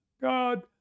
God